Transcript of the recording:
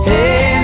Hey